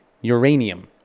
uranium